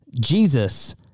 Jesus